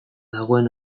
dagoen